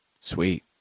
Sweet